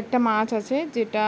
একটা মাছ আছে যেটা